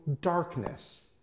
darkness